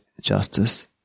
justice